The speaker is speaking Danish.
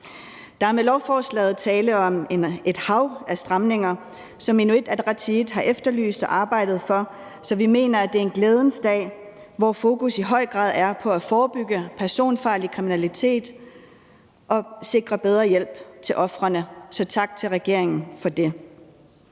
Der er med lovforslaget tale om et hav af stramninger, som Inuit Ataqatigiit har efterlyst og arbejdet for, så vi mener, at det er en glædens dag, hvor fokus i høj grad er på at forebygge personfarlig kriminalitet og sikre bedre hjælp til ofrene. Så tak til regeringen for det.